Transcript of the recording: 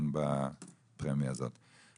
ולדון בפרמיה הזאת בכל עת.